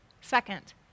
Second